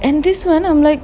and this [one] I'm like